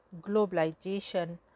globalization